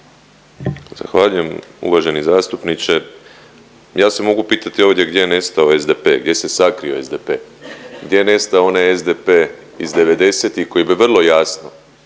Zahvaljujem. Uvaženi zastupniče ja se mogu pitati ovdje gdje je nestao SDP, gdje se sakrio SDP, gdje je nestao onaj SDP iz 90-ih koji je bio vrlo jasno